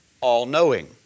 all-knowing